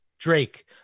Drake